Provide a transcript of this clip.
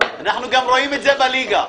אנחנו גם רואים את זה בליגה.